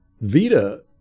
Vita